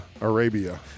Arabia